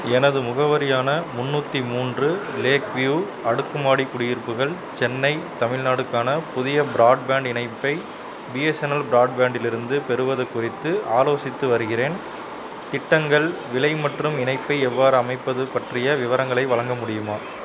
எனது முகவரியான முந்நூற்றி மூன்று லேக் வியூ அடுக்குமாடி குடியிருப்புகள் சென்னை தமிழ்நாடுக்கான புதிய ப்ராட்பேண்ட் இணைப்பை பிஎஸ்என்எல் ப்ராட்பேண்டிலிருந்து பெறுவது குறித்து ஆலோசித்து வருகிறேன் திட்டங்கள் விலை மற்றும் இணைப்பை எவ்வாறு அமைப்பது பற்றிய விவரங்களை வழங்க முடியுமா